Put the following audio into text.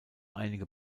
einige